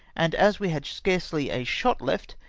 and as we had scarcely a shot left,